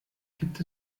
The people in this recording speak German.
gibt